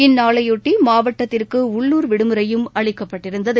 இந்நாளையொட்டி மாவட்டத்திற்கு உள்ளூர் விடுமுறையும் அளிக்கப்பட்டிருந்தது